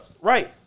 Right